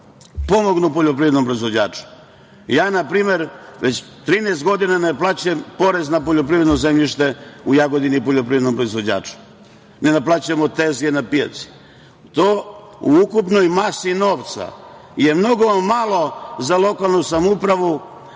pomognu poljoprivrednom proizvođaču. Ja već 13 godina ne naplaćujem porez na poljoprivredno zemljište u Jagodini poljoprivrednom proizvođaču, ne naplaćujemo tezge na pijaci. To u ukupnoj masi novca je mnogo malo za lokalnu samoupravu,